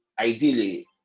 ideally